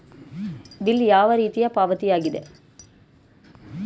Bill ಯಾವ ರೀತಿಯ ಪಾವತಿಯಾಗಿದೆ?